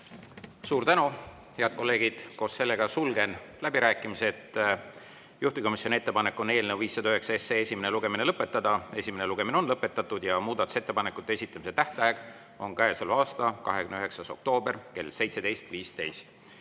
Suur tänu, head kolleegid! Sulgen läbirääkimised. Juhtivkomisjoni ettepanek on eelnõu 509 esimene lugemine lõpetada. Esimene lugemine on lõpetatud ja muudatusettepanekute esitamise tähtaeg on käesoleva aasta 29. oktoober kell 17.15.